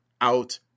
out